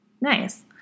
Nice